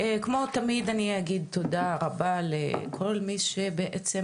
כמו תמיד אני אגיד תודה רבה לכל מי שבעצם